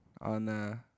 on